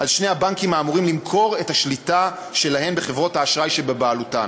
על שני הבנקים האמורים למכור את השליטה שלהם בחברות האשראי שבבעלותם.